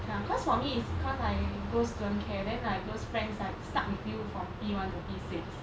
ya cause for me it's cause I go student care then like those friends like stuck with you from P one to P six